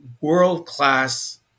world-class